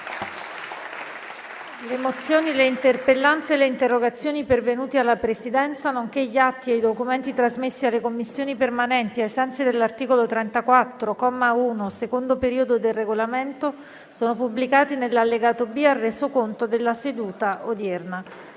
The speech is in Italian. Le mozioni, le interpellanze e le interrogazioni pervenute alla Presidenza, nonché gli atti e i documenti trasmessi alle Commissioni permanenti ai sensi dell'articolo 34, comma 1, secondo periodo, del Regolamento sono pubblicati nell'allegato B al Resoconto della seduta odierna.